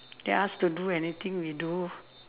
they ask to do anything we do